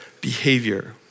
behavior